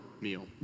meal